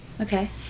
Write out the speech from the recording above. Okay